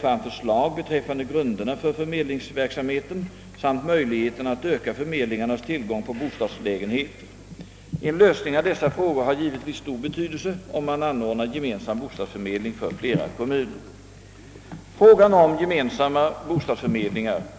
I detta betänkande föreslogs att Kungl. Maj:t skulle bemyndigas ålägga kommuner, vilka ingår i ett område som kan anses utgöra en enhet i bo stadsförsörjningshänseende, att anordna gemensam bostadsförmedling.